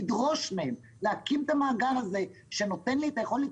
לדרוש מהן להקים את המאגר הזה שנותן לי את היכולת